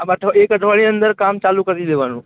હા પાછો એક અઠવાડિયાની અંદર કામ ચાલું કરી દેવાનું